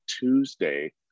Tuesday